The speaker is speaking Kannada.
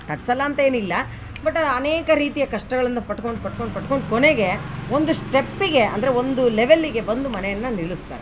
ಕಟ್ಟಿಸಲ್ಲಾ ಅಂತ ಏನಿಲ್ಲಾ ಬಟ್ ಅನೇಕ ರೀತಿಯ ಕಷ್ಟಗಳನ್ನು ಪಟ್ಕೊಂಡು ಪಟ್ಕೊಂಡು ಪಟ್ಕೊಂಡು ಕೊನೆಗೇ ಒಂದು ಸ್ಟೆಪ್ಪಿಗೇ ಅಂದರೆ ಒಂದು ಲೆವೆಲ್ಲಿಗೆ ಬಂದು ಮನೆಯನ್ನು ನಿಲ್ಲಿಸ್ತಾರೆ